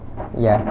ya